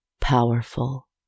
powerful